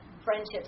Friendships